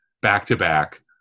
back-to-back